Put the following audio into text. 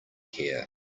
care